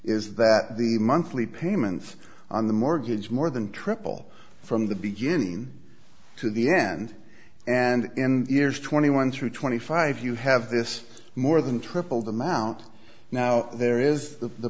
is that the monthly payments on the mortgage more than triple from the beginning to the end and in years twenty one through twenty five you have this more than tripled amount now there is the